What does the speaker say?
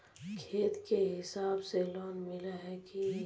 खेत के हिसाब से लोन मिले है की?